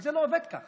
אבל זה לא עובד כך.